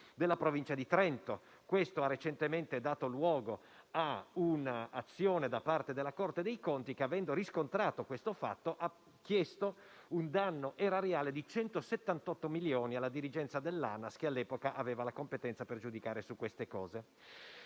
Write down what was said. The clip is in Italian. della Provincia di Trento. Questo ha recentemente dato luogo a un'azione da parte della Corte dei conti che, avendo riscontrato questo fatto, ha chiesto un danno erariale di 178 milioni alla dirigenza dell'ANAS che, all'epoca, aveva la competenza per giudicare su tali questioni.